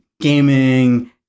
gaming